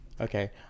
okay